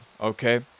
okay